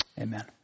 Amen